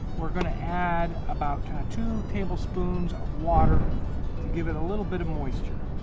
we're going to add about two tablespoons of water to give it a little bit of moisture.